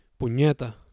Puñeta